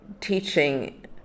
teaching